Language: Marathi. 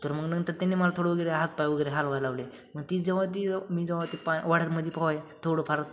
तर मग नंतर त्यांनी मला थोडं वगैरे हात पाय वगैरे हलवाय लावले मग ती जेव्हा ती मी जेव्हा ते प ओढ्यामध्ये पोहाय थोडंफार